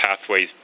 pathways